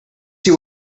see